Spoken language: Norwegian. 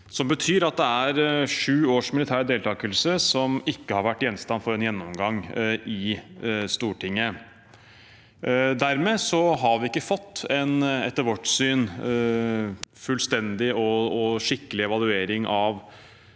Det betyr at det er sju års militær deltakelse som ikke har vært gjenstand for en gjennomgang i Stortinget. Dermed har vi ikke fått en, etter vårt syn, fullstendig og skikkelig evaluering av